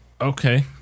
Okay